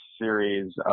series